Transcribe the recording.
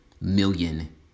million